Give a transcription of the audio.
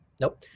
Nope